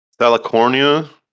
Salicornia